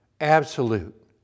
absolute